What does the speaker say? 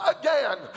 again